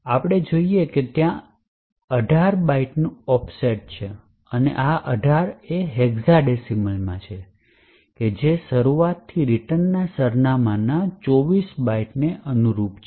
આપણે જોઈએ છીએ કે ત્યાં 18 બાઇટ્સનું ઓફસેટ છે અને આ 18 હેક્સાડેસિમલમાં છે જે શરૂઆતથી રિટર્ન સરનામા ના 24 બાઇટ્સને અનુરૂપ છે